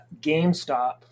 gamestop